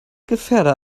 gefährder